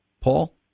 Paul